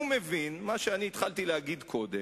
הוא מבין, מה שאני התחלתי להגיד קודם,